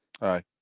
Aye